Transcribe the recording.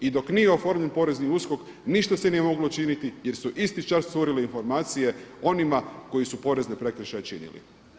I dok nije oformljen porezni USKOK ništa se nije moglo učiniti, jer su isti čas curile informacije onima koji su porezne prekršaje činili.